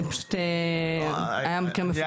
זה פשוט היה מקרה מפורסם.